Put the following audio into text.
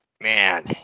man